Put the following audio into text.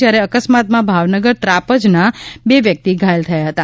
જયારે આ અકસ્માતમાં ભાવનગર ત્રાપજના બે વ્યક્તિ ઘાયલ થયા હતા